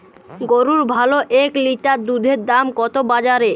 গরুর ভালো এক লিটার দুধের দাম কত বাজারে?